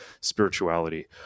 spirituality